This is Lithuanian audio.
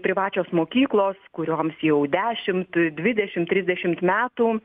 privačios mokyklos kurioms jau dešimt e dvidešimt trisdešimt metų